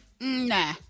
Nah